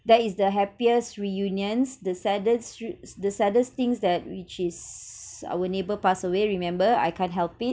that is the happiest reunions the saddest re~ the saddest things that which is our neighbour passed away remember I can't help it